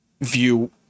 view